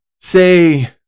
say